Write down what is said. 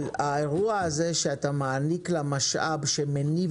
אבל האירוע הזה שאתה מעניק לה משאב שמניב